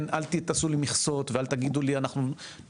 אל תעשו לי מכסות ואל תגידו לי אנחנו נערכים,